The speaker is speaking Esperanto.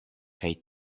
kaj